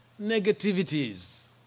negativities